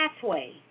pathway